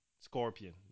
Scorpion